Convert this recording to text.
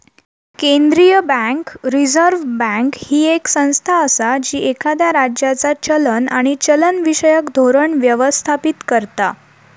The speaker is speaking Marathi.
केंद्रीय बँक, रिझर्व्ह बँक, ही येक संस्था असा जी एखाद्या राज्याचा चलन आणि चलनविषयक धोरण व्यवस्थापित करता